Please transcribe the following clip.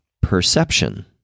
perception